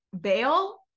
bail